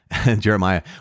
Jeremiah